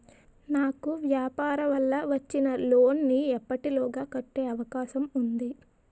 నాకు వ్యాపార వల్ల వచ్చిన లోన్ నీ ఎప్పటిలోగా కట్టే అవకాశం ఉంది?